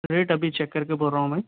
rate ابھی check کر کے بول رہا ہوں میں